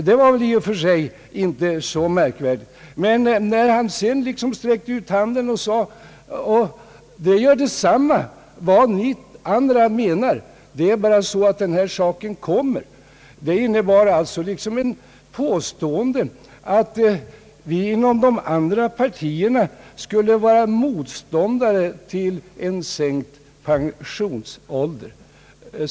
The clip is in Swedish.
Det var väl i och för sig inte så märkvärdigt. Men när han sedan alltså sträckte ut handen och sade: »Det gör det samma vad ni andra menar, det är bara så att denna sak kommer», innebar detta liksom ett påstående att vi inom de andra partierna skulle vara motståndare till förslaget om en sänkt pensionsålder.